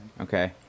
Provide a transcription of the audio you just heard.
Okay